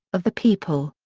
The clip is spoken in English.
of the people.